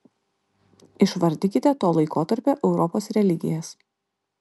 išvardykite to laikotarpio europos religijas